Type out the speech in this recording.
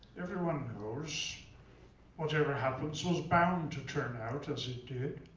everyone knows whatever happens was bound to turn out as it did.